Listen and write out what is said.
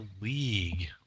league